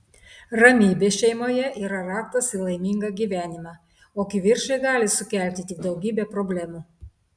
ramybė šeimoje yra raktas į laimingą gyvenimą o kivirčai gali sukelti tik daugybę problemų